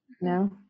No